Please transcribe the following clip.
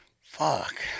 Fuck